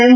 M